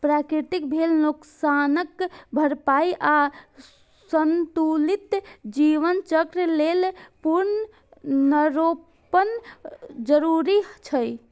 प्रकृतिक भेल नोकसानक भरपाइ आ संतुलित जीवन चक्र लेल पुनर्वनरोपण जरूरी छै